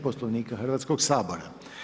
Poslovnika Hrvatskoga sabora.